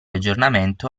aggiornamento